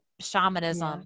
shamanism